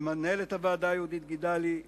למנהלת הוועדה יהודית גידלי,